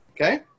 okay